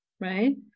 right